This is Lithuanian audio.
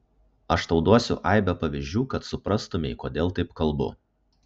aš tau duodu aibę pavyzdžių kad suprastumei kodėl taip kalbu